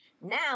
Now